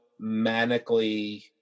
manically